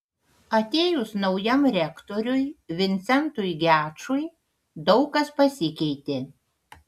atėjus naujam rektoriui vincentui gečui daug kas pasikeitė